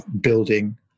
building